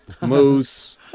Moose